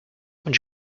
would